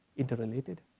interrelated.